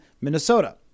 Minnesota